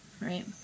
right